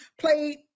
played